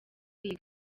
iyi